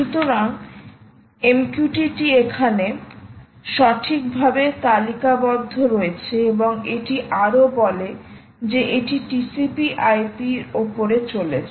সুতরাং MQTT এখানে সঠিকভাবে তালিকাবদ্ধ রয়েছে এবং এটি আরও বলে যে এটি টিসিপি আইপি ওপরে চলেছে